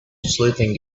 sleeping